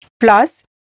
Plus